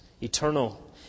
eternal